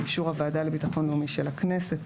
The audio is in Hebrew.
באישור הוועדה לביטחון לאומי של הכנסת,